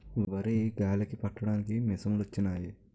వరి గాలికి పట్టడానికి మిసంలొచ్చినయి